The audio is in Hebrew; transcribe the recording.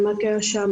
מה קרה שם,